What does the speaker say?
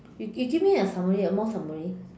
you you give me a summary a more summary